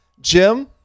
Jim